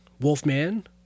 Wolfman